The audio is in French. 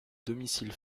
domicile